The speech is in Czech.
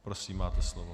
Prosím, máte slovo.